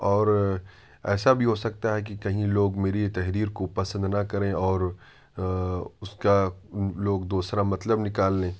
اور ایسا بھی ہو سکتا ہے کہ کہیں لوگ میری تحریر کو پسند نہ کریں اور اس کا لوگ دوسرا مطلب نكال لیں